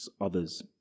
others